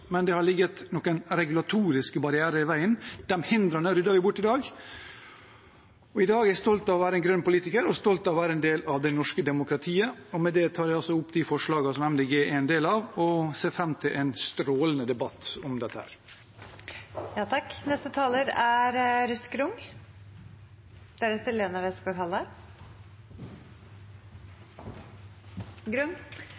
men det har ligget noen regulatoriske barrierer i veien. De hindrene rydder vi bort i dag. I dag er jeg stolt av å være en grønn politiker og av å være en del av det norske demokratiet. Med det anbefaler jeg innstillingen og ser fram til en strålende debatt om dette. Jeg må bare føye til det som saksordføreren begynte med, at det faktisk er gøy å være i Stortinget i dag, for dagens innstilling er